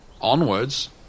onwards